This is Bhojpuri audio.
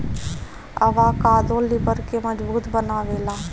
अवाकादो लिबर के मजबूत बनावेला